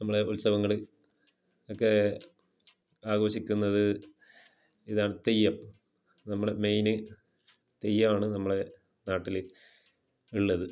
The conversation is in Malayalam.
നമ്മളെ ഉത്സവങ്ങൾ ഒക്കെ ആഘോഷിക്കുന്നത് ഇതാണ് തെയ്യം നമ്മളെ മെയ്ന് തെയ്യവാണ് നമ്മളെ നാട്ടിൽഉ ഉള്ളത്